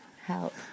Help